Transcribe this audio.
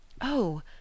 Oh